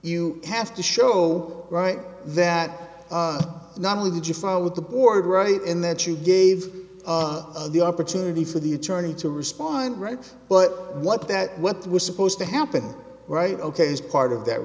you have to show right that not only did you file with the board right in that you gave the opportunity for the attorney to respond right but what that what was supposed to happen right ok is part of that